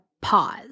pause